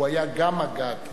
הוא היה גם מג"ד.